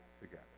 together